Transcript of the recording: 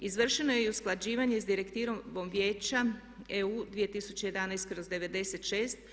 Izvršeno je i usklađivanje s Direktivom Vijeća EU 2011/